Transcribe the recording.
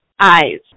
eyes